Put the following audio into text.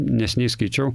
neseniai skaičiau